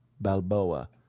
Balboa